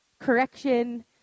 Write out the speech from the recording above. correction